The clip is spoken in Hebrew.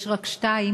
יש רק שתיים,